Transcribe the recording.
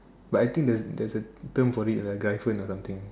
but I think there's there's a term for it lah Gryphon or something